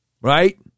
Right